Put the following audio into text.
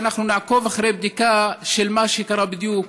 ואנחנו נעקוב אחרי הבדיקה של מה שקרה בדיוק,